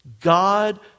God